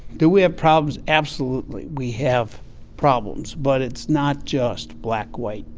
do we have problems? absolutely. we have problems, but it's not just black-white,